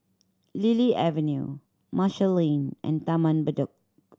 Lily Avenue Marshall Lane and Taman Bedok